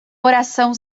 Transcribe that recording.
oração